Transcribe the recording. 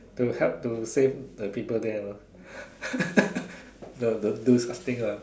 to help to save the people there lah no don't do such thing lah